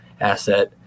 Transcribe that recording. asset